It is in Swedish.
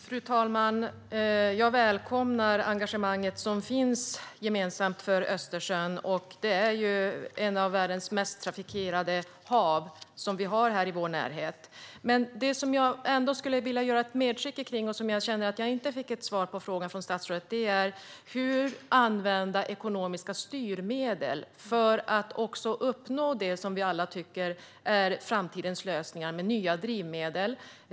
Fru talman! Jag välkomnar det gemensamma engagemang för Östersjön som finns. Det är ju ett av världens mest trafikerade hav som vi har här i vår närhet. Det som jag ändå skulle vilja göra ett medskick kring - jag känner att jag inte fick svar från statsrådet på frågan - är hur man kan använda ekonomiska styrmedel för att uppnå det som vi alla tycker är framtidens lösningar. Det kan gälla nya drivmedel.